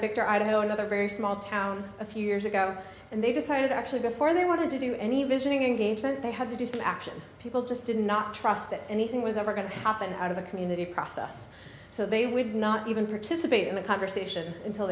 victor idaho another very small town a few years ago and they decided actually before they wanted to do any visioning engagement they had to do some action people just did not trust that anything was ever going to happen out of the community process so they would not even participate in the conversation until